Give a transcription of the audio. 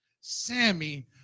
Sammy